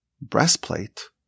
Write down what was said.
breastplate